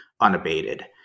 unabated